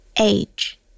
Age